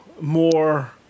more